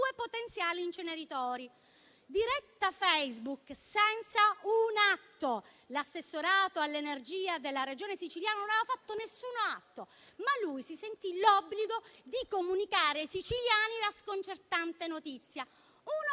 potenziali inceneritori e lo faceva senza che l'Assessorato all'energia della Regione siciliana avesse fatto alcun atto, ma lui si sentì in obbligo di comunicare ai siciliani la sconcertante notizia. Uno